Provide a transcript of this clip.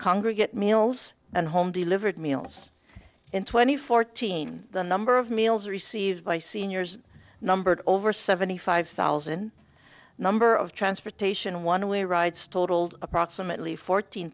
congregate meals and home delivered meals in twenty fourteen the number of meals received by seniors numbered over seventy five thousand number of transportation one way rides totaled approximately fourteen